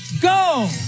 go